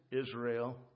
Israel